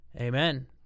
Amen